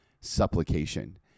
supplication